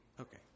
Okay